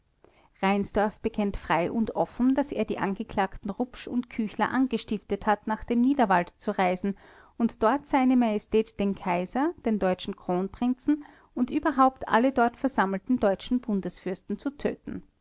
reinsdorf bekennt frei und offen daß er die angeklagten rupsch und küchler angestiftet hat nach dem niederwald zu reisen und dort se majestät den kaiser den deutschen kronprinzen und überhaupt alle dort versammelten deutschen bundesfürsten zu töten